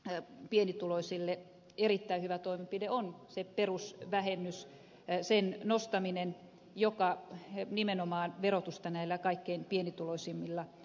toinen pienituloisille erittäin hyvä toimenpide on nostaa perusvähennystä joka nimenomaan verotusta kaikkein pienituloisimmilla on kiristänyt